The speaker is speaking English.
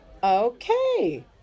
Okay